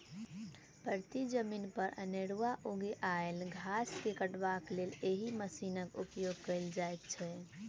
परती जमीन पर अनेरूआ उगि आयल घास के काटबाक लेल एहि मशीनक उपयोग कयल जाइत छै